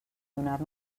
donar